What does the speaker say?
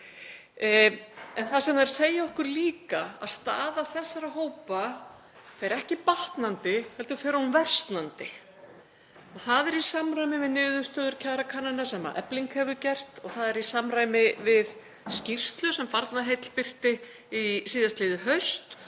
Það sem þær segja okkur líka er að staða þessara hópa fer ekki batnandi heldur fer hún versnandi. Það er í samræmi við niðurstöður kjarakannana sem Efling hefur gert og í samræmi við skýrslu sem Barnaheill birtu síðastliðið haust